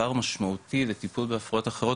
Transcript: פער משמעותי וטיפול בהפרעות אחרות,